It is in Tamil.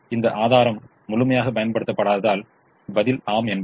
இந்த ஆதாரம் முழுமையாகப் பயன்படுத்தப்படாததால் பதில் ஆம் என்பதே